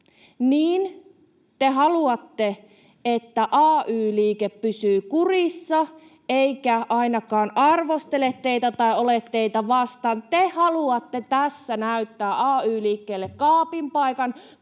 niin te haluatte, että ay-liike pysyy kurissa eikä ainakaan arvostele teitä tai ole teitä vastaan. Te haluatte tässä näyttää ay-liikkeelle kaapin paikan,